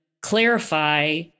clarify